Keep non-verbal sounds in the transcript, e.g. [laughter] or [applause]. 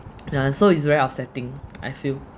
[noise] uh so it's very upsetting I feel